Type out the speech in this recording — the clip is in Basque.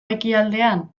ekialdean